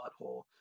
butthole